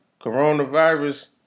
Coronavirus